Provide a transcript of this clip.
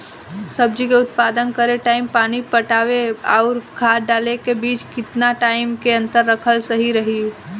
सब्जी के उत्पादन करे टाइम पानी पटावे आउर खाद डाले के बीच केतना टाइम के अंतर रखल सही रही?